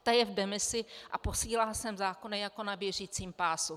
Ta je v demisi a posílá sem zákony jako na běžícím pásu.